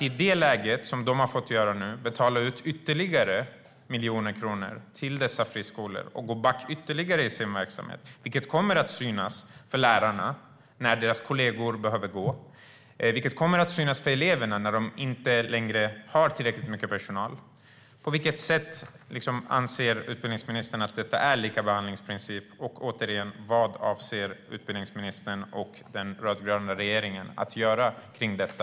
I det läget har de fått betala ut ytterligare miljoner kronor till dessa friskolor och gått back ytterligare i sin verksamhet. Det kommer att synas för lärarna när deras kollegor behöver gå. Det kommer att synas för eleverna när de inte längre har tillräckligt mycket personal. På vilket sätt anser utbildningsministern att detta är en likabehandlingsprincip? Och, återigen, vad avser utbildningsministern och den rödgröna regeringen att göra i fråga om detta?